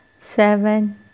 seven